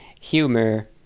humor